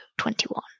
21